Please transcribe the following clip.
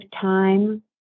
time